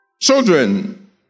Children